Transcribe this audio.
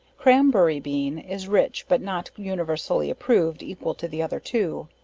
crambury bean, is rich, but not universally approved equal to the other two.